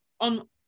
on